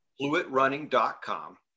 fluidrunning.com